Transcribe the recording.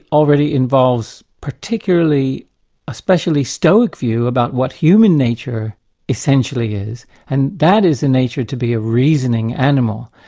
already involves particularly a specially stoic view about what human nature essentially is and that is the nature to be a reasoning animal.